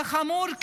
זה חמור?